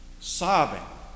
sobbing